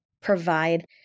provide